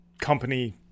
company